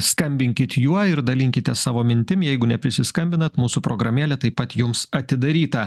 skambinkit juo ir dalinkitės savo mintim jeigu neprisiskambinat mūsų programėlė taip pat jums atidaryta